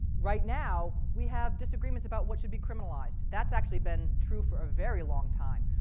right now, we have disagreements about what should be criminalized. that's actually been true for a very long time.